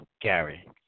Gary